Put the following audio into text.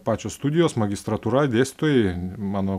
pačios studijos magistratūra dėstytojai mano